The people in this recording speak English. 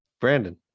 Brandon